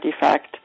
defect